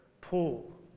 pull